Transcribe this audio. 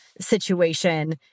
situation